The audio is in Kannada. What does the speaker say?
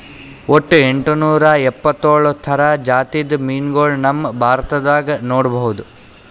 ವಟ್ಟ್ ಎಂಟನೂರಾ ಎಪ್ಪತ್ತೋಳ್ ಥರ ಜಾತಿದ್ ಮೀನ್ಗೊಳ್ ನಮ್ ಭಾರತದಾಗ್ ನೋಡ್ಬಹುದ್